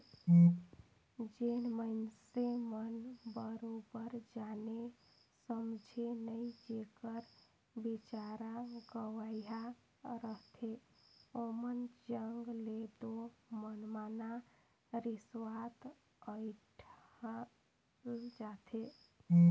जेन मइनसे मन बरोबेर जाने समुझे नई जेकर बिचारा गंवइहां रहथे ओमन जग ले दो मनमना रिस्वत अंइठल जाथे